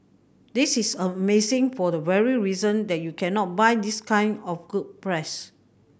this is amazing for the very reason that you cannot buy this kind of good press